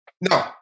no